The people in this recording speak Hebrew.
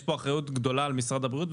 יש פה אחריות גדולה על משרד הבריאות,